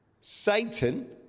Satan